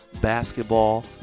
basketball